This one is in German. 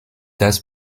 das